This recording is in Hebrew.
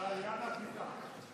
לעלייה והקליטה.